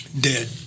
dead